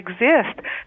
exist